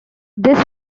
this